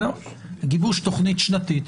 לגיבוש תוכנית שנתית,